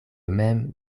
mem